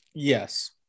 Yes